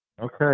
Okay